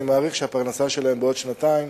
אני מעריך שהפרנסה שלהם בעוד שנתיים